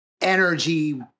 energy